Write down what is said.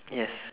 yes